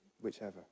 whichever